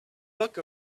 book